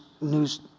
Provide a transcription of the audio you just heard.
news